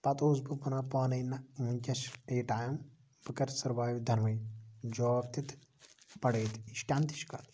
پَتہٕ اوسس بہٕ وَنان پانَے نہ ؤنکیٚس چھُ یہِ ٹایم بہٕ کر سٔروایو دۄنوے جوب تہِ تہٕ پَڑٲے تہِ یہِ چھِ ٹینتھٕچ کَتھ